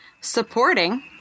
supporting